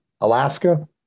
Alaska